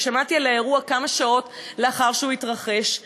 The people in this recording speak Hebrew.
"ושמעתי על האירוע כמה שעות לאחר שהוא התרחש,